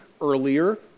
earlier